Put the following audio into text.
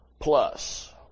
plus